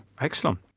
Excellent